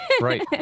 Right